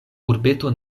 urbeto